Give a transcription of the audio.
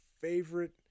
favorite